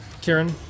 Karen